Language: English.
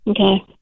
Okay